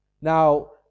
Now